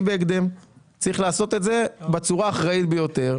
בהקדם צריך לעשות את זה בצורה האחראית ביותר.